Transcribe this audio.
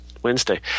Wednesday